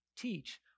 teach